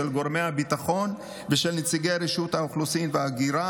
גורמי הביטחון ושל נציגי רשות האוכלוסין וההגירה,